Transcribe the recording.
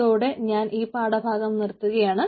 ഇതോടെ ഞാൻ ഈ പാഠ ഭാഗം നിറുത്തുകയാണ്